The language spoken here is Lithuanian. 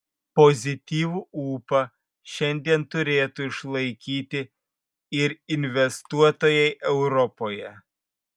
pozityvų ūpą šiandien turėtų išlaikyti ir investuotojai europoje